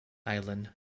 island